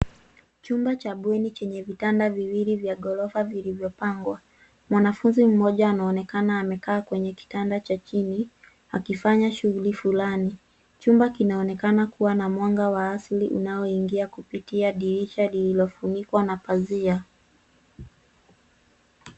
Chumba cha bweni chenye vitanda viwili vya ghorofa vilivyo pangwa. Mwanafunzi mmoja anaonekana amekaa kwenye kitanda cha chini akifanya shughuli flani. Chumba kinaonekana kuwa na mwanga wa asili unaoingia kupitia dirisha lililo funikwa na pazia.